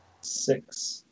six